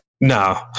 No